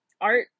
art